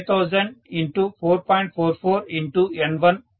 44N1 అవుతుంది